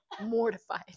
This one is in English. mortified